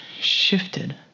shifted